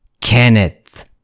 Kenneth